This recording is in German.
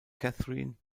catherine